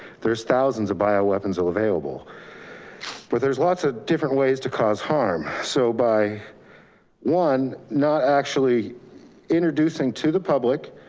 there's thousands of bio weapons all available but there's lots of different ways to cause harm. so by one, not actually introducing to the public,